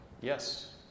yes